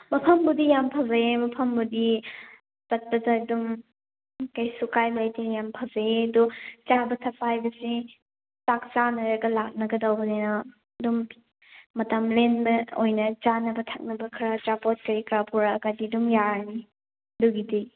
ꯃꯐꯝꯕꯨꯗꯤ ꯌꯥꯝ ꯐꯖꯩꯌꯦ ꯃꯐꯝꯕꯨꯗꯤ ꯆꯠꯄꯗ ꯑꯗꯨꯝ ꯀꯩꯁꯨ ꯀꯥꯏꯕ ꯑꯣꯏꯗꯦ ꯌꯥꯝ ꯐꯖꯩꯌꯦ ꯑꯗꯨꯝ ꯆꯥꯕ ꯊꯛꯄ ꯍꯥꯏꯕꯁꯦ ꯆꯥꯛ ꯆꯥꯅꯔꯒ ꯂꯥꯛꯅꯒꯗꯧꯕꯅꯤꯅ ꯑꯗꯨꯝ ꯃꯇꯝ ꯂꯦꯟꯕ ꯑꯣꯏꯅ ꯆꯥꯅꯕ ꯊꯛꯅꯕ ꯈꯔ ꯑꯆꯥꯄꯣꯠ ꯀꯔꯤ ꯀꯔꯥ ꯄꯨꯔꯛꯑꯗꯤ ꯑꯗꯨꯝ ꯌꯥꯔꯅꯤ ꯑꯗꯨꯒꯤꯗꯤ